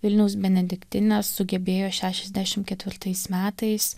vilniaus benediktinės sugebėjo šešiasdešim ketvirtais metais